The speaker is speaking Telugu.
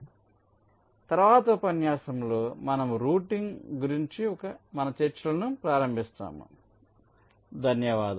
కాబట్టి తరువాతి ఉపన్యాసంలో మనము రూటింగ్ గురించి మన చర్చలను ప్రారంభిస్తాము